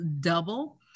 double